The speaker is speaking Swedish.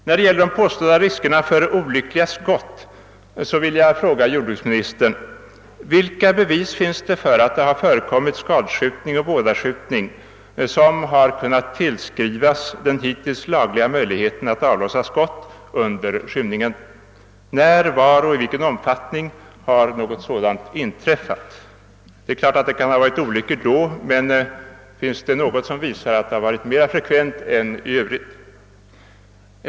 När det gäller de påstådda riskerna för olyckliga skott vill jag fråga jordbruksministern: Vilka bevis finns det för att det förekommit skadskjutning och vådaskjutning som berott på att det hittills funnits laglig mölighet att avlossa skott mot vilt under skymning? När, var och i vilken omfattning har något sådant inträffat? Det är klart att olyckor kan ha förekommit. Men finns det något som visar att frekvensen av sådana olyckor varit större under skymning?